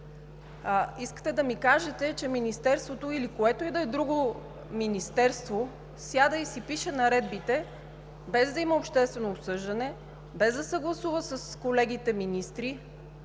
Искате да ми кажете, че Министерството, или което и да е друго министерство, сяда и си пише наредбите, без да има обществено обсъждане, без да съгласува с колегите министри,